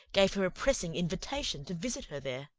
gave her a pressing invitation to visit her there.